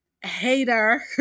hater